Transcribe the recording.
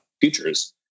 futures